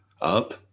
up